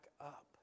up